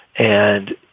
and,